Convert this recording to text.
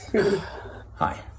Hi